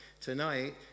tonight